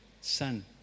Son